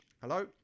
Hello